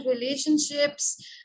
relationships